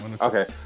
okay